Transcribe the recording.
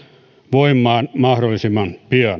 voimaan mahdollisimman pian